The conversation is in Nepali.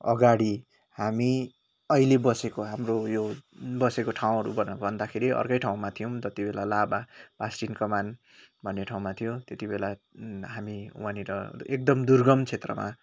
अगाडि हामी अहिले बसेको हाम्रो यो बसेको ठाउँहरू भन भन्दाखेरि अर्कै ठाउँमा थियौँ नि त त्यो बेला लाभा पास्टिङ कमान भन्ने ठाउँमा थियो त्यति बेला हामी वहाँनिर एकदम दुर्गम क्षेत्रमा